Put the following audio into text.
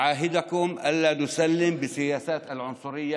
אנו אומרים: תודה על תמיכתכם.